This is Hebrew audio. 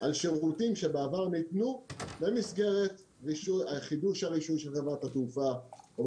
על שירותים שבעבר ניתנו במסגרת חידוש הרישוי של